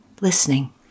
listening